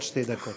עד שתי דקות.